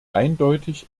eindeutig